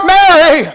Mary